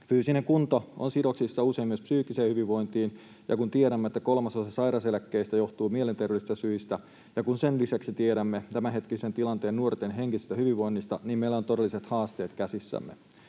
Fyysinen kunto on sidoksissa usein myös psyykkiseen hyvinvointiin, ja kun tiedämme, että kolmasosa sairaseläkkeistä johtuu mielenterveydellisistä syistä, ja kun sen lisäksi tiedämme tämänhetkisen tilanteen nuorten henkisestä hyvinvoinnista, niin meillä on todelliset haasteet käsissämme.